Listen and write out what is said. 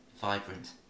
vibrant